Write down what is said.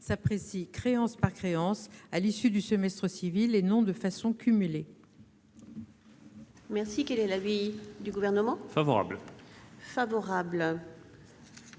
s'apprécie créance par créance à l'issue du semestre civil, et non de façon cumulée. Quel est l'avis du Gouvernement ? Avis favorable.